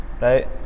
Right